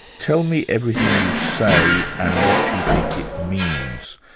tell me everything you say and what you think it means,